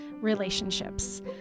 relationships